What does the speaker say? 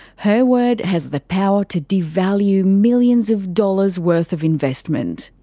her word has the power to devalue millions of dollars worth of investment.